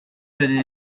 faisais